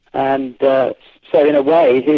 and but so in a way his